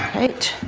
right.